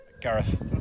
Gareth